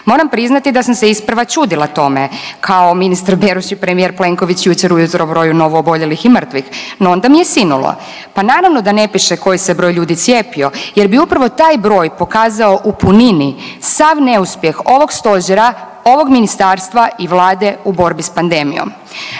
Moram priznati da sam se isprva čudila toma, kao ministar Beroš i premijer Plenković jučer ujutro broju novooboljelih i mrtvih, no onda mi je sinulo, pa naravno da ne piše koji se broj ljudi cijepio jer bi upravo taj broj pokazao u punini sav neuspjeh ovog stožera, ovog ministarstva i Vlade u borbi s pandemijom.